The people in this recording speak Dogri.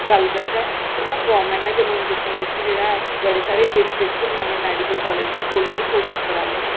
गल्ल करचै ते हुन गोरमैंट ने जम्मू कश्मीर च जेह्ड़ा ऐ कि बड़े सारे ड़िस्ट्रिक्ट च नमें मैड़िकल काॅलेज बी खोह्लने दी कोशिश करा दे न